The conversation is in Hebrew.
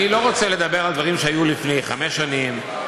לדבר על דברים שהיו לפני חמש שנים,